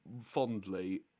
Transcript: fondly